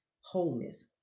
wholeness